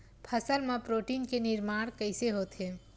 फसल मा प्रोटीन के निर्माण कइसे होथे?